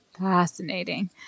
fascinating